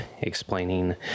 explaining